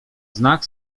znak